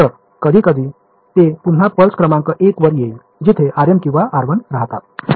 तर कधीकधी ते पुन्हा पल्स क्रमांक 1 वर येईल जिथे rm किंवा r1 राहतात